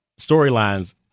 storylines